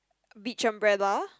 beach umbrella